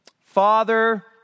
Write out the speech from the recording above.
Father